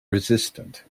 resistant